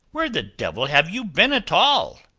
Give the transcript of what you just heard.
where the devil have you been at all?